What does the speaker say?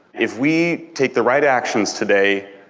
if we take the right actions today,